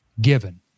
given